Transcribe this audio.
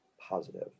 positive